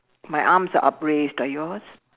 my arms are upraised are yours